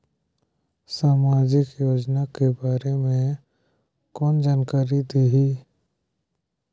समाजिक योजना के बारे मे कोन जानकारी देही?